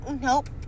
nope